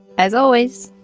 as always